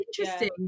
interesting